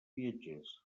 viatgers